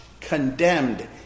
condemned